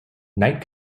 knight